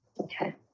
okay